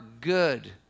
good